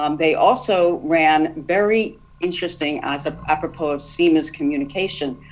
um they also ran, very interesting as an apropos of siemens communication,